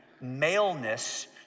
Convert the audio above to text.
maleness